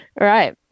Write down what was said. right